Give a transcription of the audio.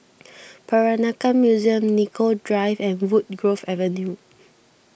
Peranakan Museum Nicoll Drive and Woodgrove Avenue